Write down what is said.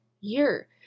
year